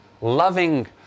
loving